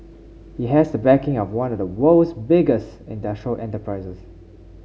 he has a backing of one of the world's biggest industrial enterprises